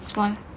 small